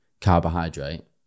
carbohydrate